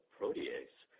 Protease